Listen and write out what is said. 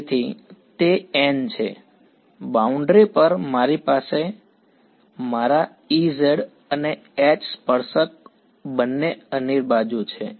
તેથી તે n છે બાઉન્ડ્રી પર મારી પાસે મારા Ez અને H સ્પર્શક બંને અનિર્બાજુ છે